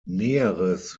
näheres